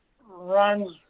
runs